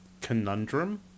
conundrum